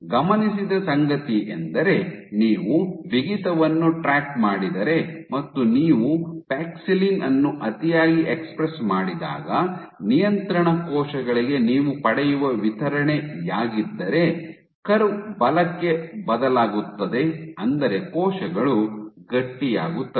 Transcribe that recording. ಗಮನಿಸಿದ ಸಂಗತಿಯೆಂದರೆ ನೀವು ಬಿಗಿತವನ್ನು ಟ್ರ್ಯಾಕ್ ಮಾಡಿದರೆ ಮತ್ತು ನೀವು ಪ್ಯಾಕ್ಸಿಲಿನ್ ಅನ್ನು ಅತಿಯಾಗಿ ಎಕ್ಸ್ಪ್ರೆಸ್ ಮಾಡಿದಾಗ ನಿಯಂತ್ರಣ ಕೋಶಗಳಿಗೆ ನೀವು ಪಡೆಯುವ ವಿತರಣೆಯಾಗಿದ್ದರೆ ಕರ್ವ್ ಬಲಕ್ಕೆ ಬದಲಾಗುತ್ತದೆ ಅಂದರೆ ಕೋಶಗಳು ಗಟ್ಟಿಯಾಗುತ್ತವೆ